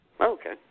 Okay